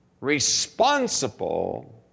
responsible